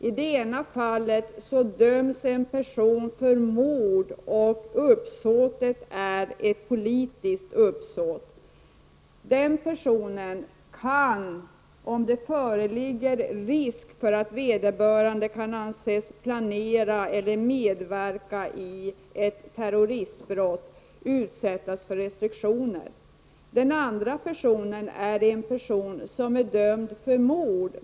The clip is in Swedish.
I det ena fallet döms en person för mord, och det handlar om ett politiskt uppsåt. Den här personen kan, om det föreligger risk för att vederbörande kan anses planera eller medverka i ett terroristbrott, utsättas för restriktioner. I det andra fallet handlar det om en person som är dömd för mord.